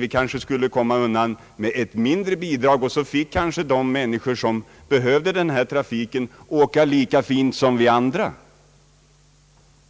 Man kanske därigenom skulle kunna komma undan med ett mindre bidrag, och de människor som behöver den här trafiken kanske rent av skulle få åka lika fint som vi andra.